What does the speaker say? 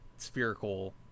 spherical